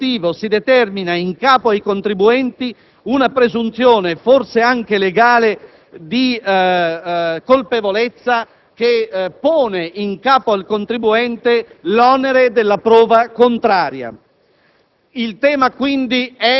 con effetto retroattivo, si determina in capo ai contribuenti una presunzione, forse anche legale, di colpevolezza, che pone in capo al contribuente l'onere della prova contraria.